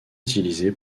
utilisé